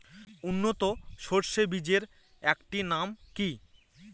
উন্নত সরষে বীজের একটি নাম কি?